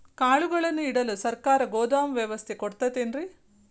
ಕಾಳುಗಳನ್ನುಇಡಲು ಸರಕಾರ ಗೋದಾಮು ವ್ಯವಸ್ಥೆ ಕೊಡತೈತೇನ್ರಿ?